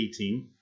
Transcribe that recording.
18